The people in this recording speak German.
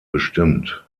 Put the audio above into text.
bestimmt